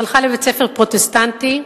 היא הלכה לבית-ספר פרוטסטנטי,